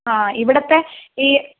ആ ഇവിടുത്തെ ഈ